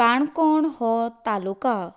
काणकोण हो तालुका